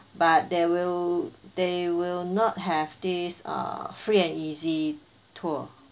but there will there will not have these uh free and easy tour